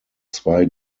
zwei